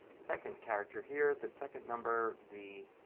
second character here, the second number, the